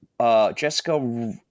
Jessica